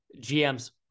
gm's